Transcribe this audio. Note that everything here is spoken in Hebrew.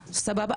סבבה,